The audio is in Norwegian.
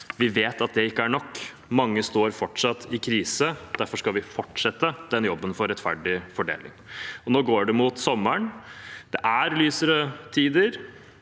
vi vet at det ikke er nok, mange står fortsatt i en krise. Derfor skal vi fortsette jobben for rettferdig fordeling. Nå går det mot sommer, det er lysere tider,